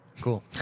Cool